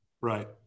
Right